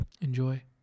Enjoy